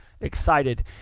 excited